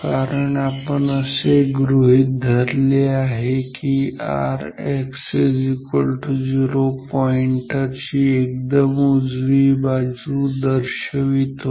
कारण आपण असे गृहीत धरले आहे की Rx0 पॉईंटर ची एकदम उजवी बाजू दर्शवितो